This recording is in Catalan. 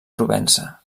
provença